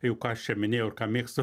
jau ką aš čia minėjau ir ką mėgstu